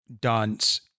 dance